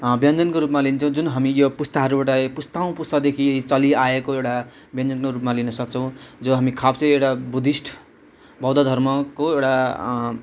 व्यञ्जनको रूपमा लिन्छौँ जुन हामी यो पुस्ताहरूबाट पुस्तौँ पुस्तादेखि चलिआएको एउटा व्यञ्जनको रूपमा लिनसक्छौँ जो हामी खाप्स्यो एउटा बुद्धिस्ट बौद्ध घर्मको एउटा